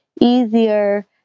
easier